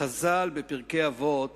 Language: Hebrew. חז"ל בפרקי אבות